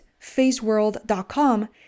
faceworld.com